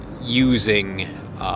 using